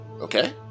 Okay